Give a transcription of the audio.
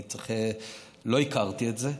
לא הכרתי את זה.